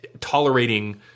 tolerating